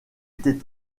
était